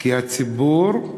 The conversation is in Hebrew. כי הציבור,